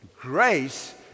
Grace